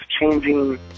changing